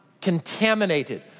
contaminated